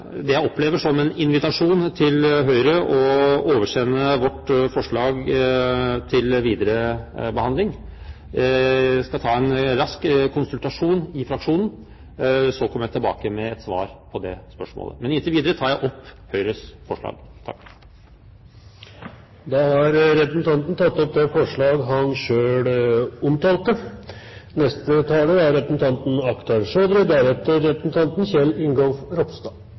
ansvar. Jeg merker meg representanten Bøhlers – det jeg opplever som en – invitasjon til Høyre om å oversende vårt forslag til videre behandling. Jeg skal ta en rask konsultasjon med fraksjonen, og så kommer jeg tilbake med et svar på det spørsmålet, men inntil videre tar jeg opp Høyres forslag. Representanten Anders B. Werp har tatt opp det forslaget han